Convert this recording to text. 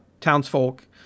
townsfolk